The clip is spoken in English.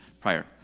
prior